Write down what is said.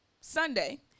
Sunday